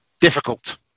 difficult